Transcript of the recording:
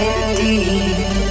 Indeed